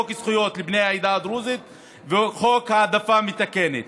חוק זכויות לבני העדה הדרוזית וחוק העדפה מתקנת.